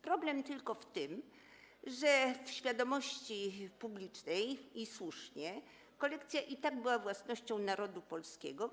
Problem tylko w tym, że w świadomości publicznej - i słusznie - kolekcja i tak była własnością narodu polskiego.